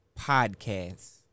Podcasts